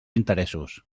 interessos